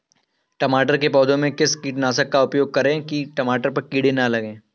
टमाटर के पौधे में किस कीटनाशक का उपयोग करें कि टमाटर पर कीड़े न लगें?